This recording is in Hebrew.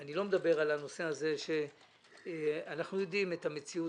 אני לא מדבר על הנושא הזה שאנחנו יודעים את המציאות